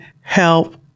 help